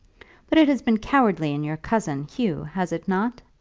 but it has been cowardly in your cousin, hugh has it not?